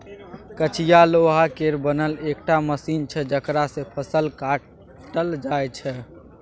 कचिया लोहा केर बनल एकटा मशीन छै जकरा सँ फसल काटल जाइ छै